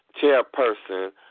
chairperson